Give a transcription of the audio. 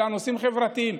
אלה נושאים חברתיים.